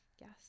yes